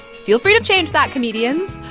feel free to change that, comedians.